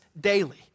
daily